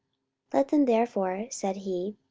let them therefore, said he,